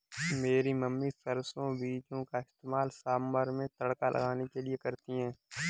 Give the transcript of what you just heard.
मेरी मम्मी सरसों बीजों का इस्तेमाल सांभर में तड़का लगाने के लिए करती है